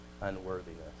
unworthiness